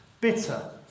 bitter